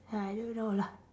I don't know lah